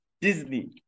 Disney